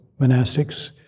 monastics